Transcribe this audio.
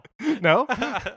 No